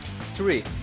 Three